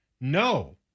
No